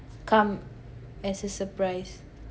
come as a surprise